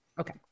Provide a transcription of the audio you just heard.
Okay